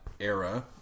era